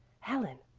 helen,